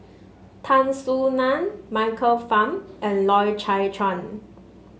Tan Soo Nan Michael Fam and Loy Chye Chuan